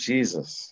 Jesus